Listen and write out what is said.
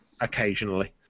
Occasionally